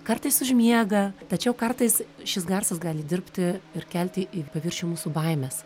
kartais užmiega tačiau kartais šis garsas gali dirbti ir kelti į paviršių mūsų baimes